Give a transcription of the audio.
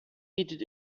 bietet